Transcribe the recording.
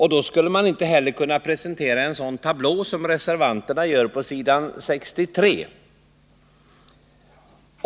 Då skulle man inte heller, som reservanterna dock gör, kunna presentera en tablå liknande den som finns på s. 63 i betänkandet.